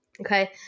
Okay